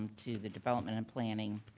um to the development and planning.